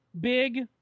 big